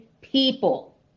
people